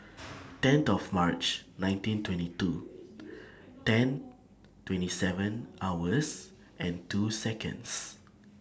tenth of March nineteen twenty two ten twenty seven hours and two Seconds